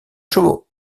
chevaux